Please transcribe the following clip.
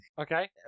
Okay